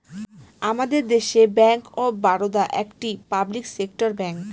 আমাদের দেশে bank of Baroda একটি পাবলিক সেক্টর ব্যাঙ্ক